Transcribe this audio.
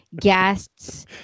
guests